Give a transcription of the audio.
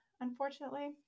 unfortunately